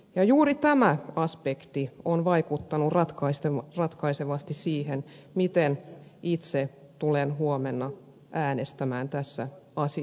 juuri tämä aspekti on vaikuttanut ratkaisevasti siihen miten itse tulen huomenna äänestämään tässä asiassa